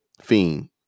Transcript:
Fiend